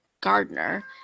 Gardner